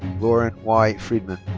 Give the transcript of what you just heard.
lauren y. friedman.